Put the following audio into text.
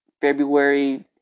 February